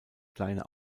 kleine